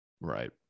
Right